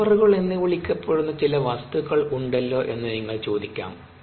ബഫറുകൾ എന്ന് വിളിക്കപ്പെടുന്ന ചില വസ്തുക്കൾ ഉണ്ടല്ലോ എന്നു നിങ്ങൾ ചോദിക്കാം